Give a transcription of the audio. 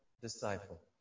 disciple